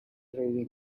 rating